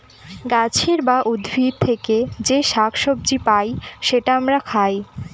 গাছের বা উদ্ভিদ থেকে যে শাক সবজি পাই সেটা আমরা খাই